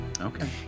Okay